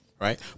right